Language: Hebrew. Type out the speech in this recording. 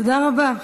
תודה רבה.